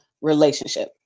relationship